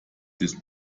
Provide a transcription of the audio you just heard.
des